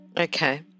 Okay